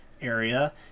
Area